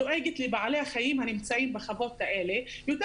דואגת לבעלי החיים הנמצאים בחוות האלה יותר